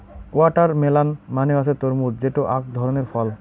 watermelon মানে হসে তরমুজ যেটো আক ধরণের ফল